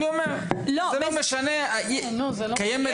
אני אומר שזה לא משנה, קיימת בעיה.